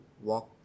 walk